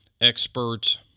experts